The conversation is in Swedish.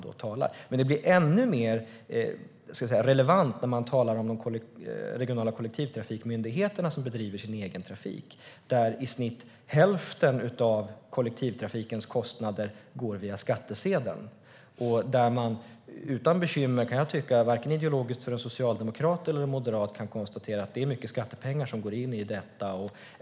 Det här blir ännu mer relevant när man talar om de regionala kollektivtrafikmyndigheterna som bedriver sin egen trafik där i snitt hälften av kollektivtrafikens kostnader går via skattsedeln. Såväl en socialdemokrat som en moderat kan utan bekymmer konstatera att det är mycket skattepengar som går in i detta.